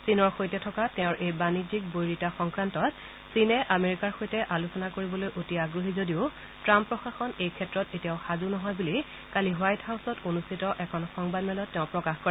চীনৰ সৈতে থকা তেওঁৰ এই বাণিজ্যিক বৈৰিতা সংক্ৰান্তত চীনে আমেৰিকাৰ সৈতে আলোচনা কৰিবলৈ অতি আগ্নহী যদিও টাম্প প্ৰশাসন এই ক্ষেত্ৰত এতিয়াও সাজু নহয় বুলি কালি হোৱাইট হাউছত অনুষ্ঠিত এখন সংবাদমেলত তেওঁ প্ৰকাশ কৰে